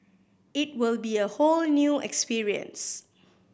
it will be a whole new experience